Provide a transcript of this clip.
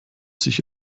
sich